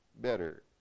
better